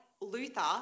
Luther